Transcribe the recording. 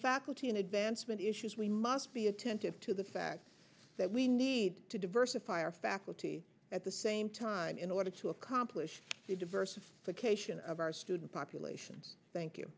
faculty and advancement issues we must be attentive to the fact that we need to diversify our faculty at the same time in order to accomplish the diversification of our student population thank you